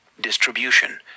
distribution